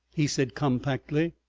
he said compactly.